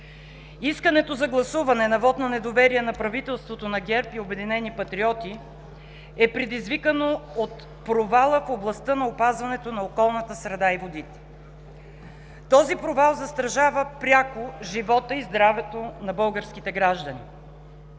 Искането за гласуване на вот на недоверие на правителството на ГЕРБ и „Обединени патриоти“ е предизвикано от провала в областта на опазването на околната среда и водите. Този провал застрашава пряко живота и здравето на българските граждани.